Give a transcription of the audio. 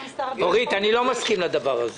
אורית, אני לא מסכים לדבר הזה.